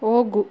ಹೋಗು